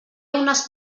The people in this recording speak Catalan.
unes